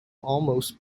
almost